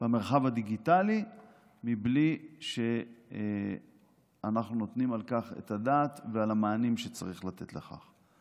במרחב הדיגיטלי בלי שאנחנו נותנים לכך את הדעת והמענים שצריך לתת לכך.